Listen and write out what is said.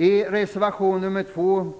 I reservation 2